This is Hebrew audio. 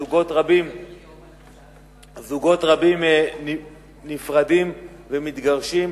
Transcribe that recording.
זוגות רבים נפרדים ומתגרשים,